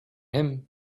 him